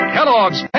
Kellogg's